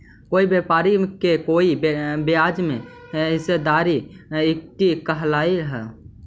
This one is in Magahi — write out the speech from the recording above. कोई व्यापारी के कोई ब्याज में हिस्सेदारी इक्विटी कहलाव हई